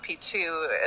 P2